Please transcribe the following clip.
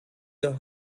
her